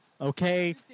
okay